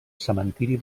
cementiri